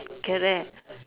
correct